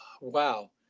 Wow